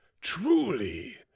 truly